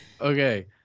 okay